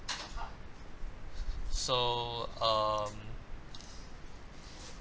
so um